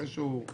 אחרי שהוא בדק,